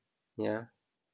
yeah